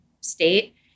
state